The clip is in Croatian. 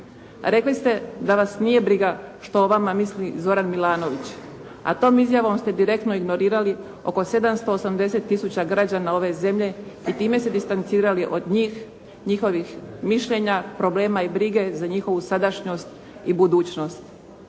Rekli ste da vas nije briga što o vama misli Zoran Milanović, a tom izjavom ste direktno ignorirali oko 780 tisuća građana ove zemlje i time se distancirali od njih, njihovih mišljenja, problema i brige za njihovu sadašnjost i budućnost.